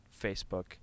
Facebook